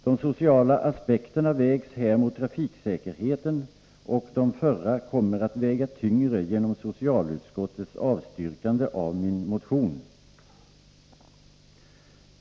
De sociala aspekterna vägs här mot trafiksäkerheten, och de förra kommer att väga tyngre genom socialutskottets avstyrkande av min motion.